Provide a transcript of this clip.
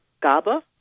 GABA